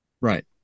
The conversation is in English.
Right